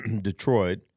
Detroit